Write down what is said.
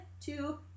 two